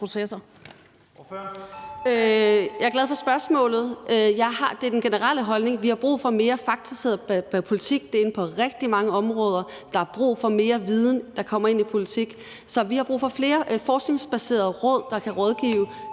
Jeg er glad for spørgsmålet. Det er den generelle holdning, at vi har brug for mere faktabaseret politik, og det er inden for rigtig mange områder, at der er brug for mere viden i politik. Så vi har brug for flere forskningsbaserede råd, der kan rådgive